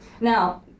Now